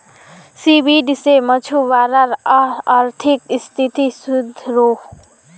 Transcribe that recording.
seaweed से मछुवारार अआर्थिक स्तिथि सुधरोह